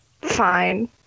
Fine